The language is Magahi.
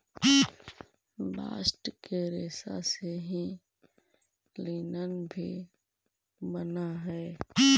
बास्ट के रेसा से ही लिनन भी बानऽ हई